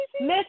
Miss